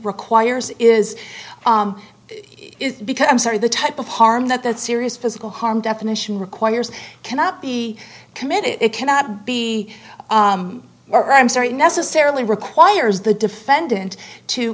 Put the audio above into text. requires is it because i'm sorry the type of harm that that serious physical harm definition requires cannot be committed it cannot be or i'm sorry necessarily requires the defendant to